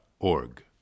Org